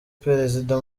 perezida